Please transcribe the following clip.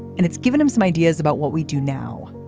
and it's given him some ideas about what we do now.